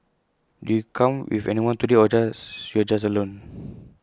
did you come with anyone today or just you're just alone